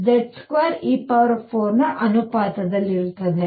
ನಂತರ E Z2e4 ಅನುಪಾತದಲ್ಲಿರುತ್ತದೆ